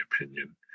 opinion